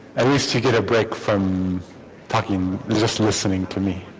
at least to get a break from talking just listening to me